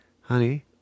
honey